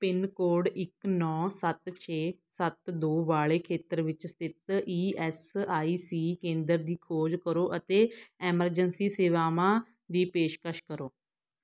pin code ਇੱਕ ਨੌ ਸੱਤ ਛੇ ਸੱਤ ਦੋ ਵਾਲੇ ਖੇਤਰ ਵਿੱਚ ਸਥਿਤ ਈ ਐੱਸ ਆਈ ਸੀ ਕੇਂਦਰ ਦੀ ਖੋਜ ਕਰੋ ਅਤੇ ਐਮਰਜੈਂਸੀ ਸੇਵਾਵਾਂ ਦੀ ਪੇਸ਼ਕਸ਼ ਕਰੋ